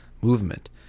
movement